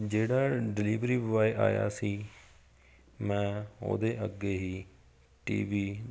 ਜਿਹੜਾ delivery boy ਆਇਆ ਸੀ ਮੈਂ ਉਹਦੇ ਅੱਗੇ ਹੀ ਟੀ ਵੀ